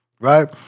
right